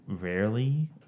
rarely